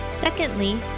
Secondly